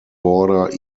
border